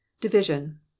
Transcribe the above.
Division